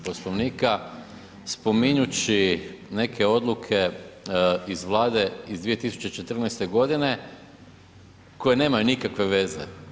Poslovnika spominjući neke odluke iz Vlade iz 2014. g. koje nemaju nikakve veze.